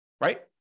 right